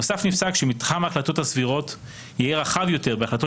עוד נפסק כי מתחם ההחלטות הסבירות יהא רחב יותר בהחלטות